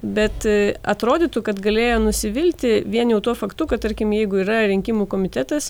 bet atrodytų kad galėjo nusivilti vien jau tuo faktu kad tarkim jeigu yra rinkimų komitetas